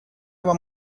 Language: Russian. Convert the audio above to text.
вам